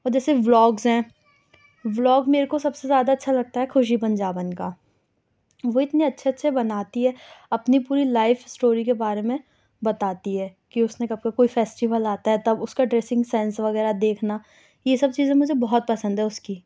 اور جیسے بلاگز ہیں بلاگ میر کو سب سے زیادہ اچھا لگتا ہے خوشی پنجابن کا وہ اتنے اچھے اچھے بناتی ہے اپنی پوری لائف اسٹوری کے بارے میں بتاتی ہے کہ اس نے کبھی کوئی فیسٹیول آتا ہے تب اس کا ڈریسنگ سینس وغیرہ دیکھنا یہ سب چیزیں مجھے بہت پسند ہے اس کی